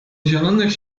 zielonych